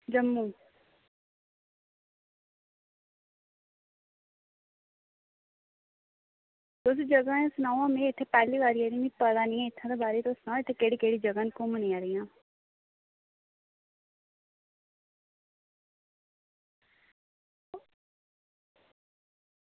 जम्मू ते केह्ड़ियां जगह न में पैह्ली बारी आई इत्थै ते मिगी इत्थें दे बारै च सनाओ इत्थें केह्ड़ियां जगहां न घुम्मनै आह्लियां